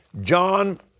John